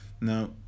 now